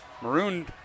maroon